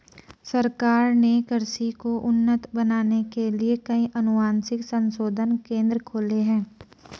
सरकार ने कृषि को उन्नत बनाने के लिए कई अनुवांशिक संशोधन केंद्र खोले हैं